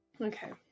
Okay